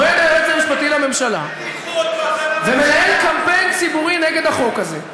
עומד היועץ המשפטי לממשלה ומנהל קמפיין ציבורי נגד החוק הזה,